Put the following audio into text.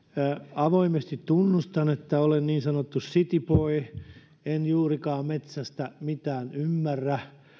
avoimesti tunnustan että olen niin sanottu city boy enkä juurikaan metsästä mitään ymmärrä